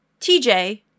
TJ